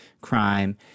crime